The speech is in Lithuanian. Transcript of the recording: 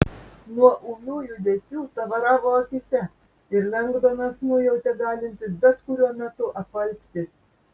nuo ūmių judesių tavaravo akyse ir lengdonas nujautė galintis bet kuriuo metu apalpti